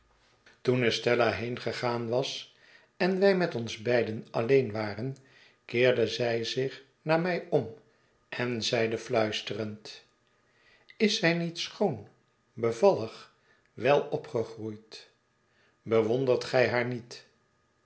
toen estella heengegaan was en wij met ons beiden alleen waren keerde zij zich naar mij om en zeide fluisterend is zij nietschoon bevallig wel opgegroeid bewondert gij haar niet